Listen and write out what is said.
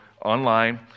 online